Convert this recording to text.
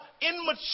immature